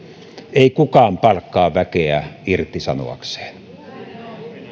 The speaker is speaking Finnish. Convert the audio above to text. ei kukaan palkkaa väkeä irtisanoakseen